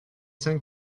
cinq